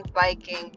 biking